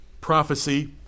Prophecy